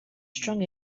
strong